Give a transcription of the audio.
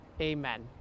Amen